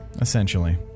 Essentially